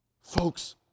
Folks